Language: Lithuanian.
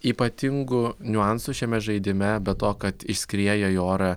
ypatingų niuansų šiame žaidime be to kad išskrieja į orą